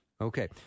okay